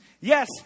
Yes